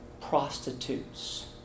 Prostitutes